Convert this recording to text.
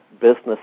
business